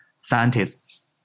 scientists